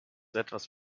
etwas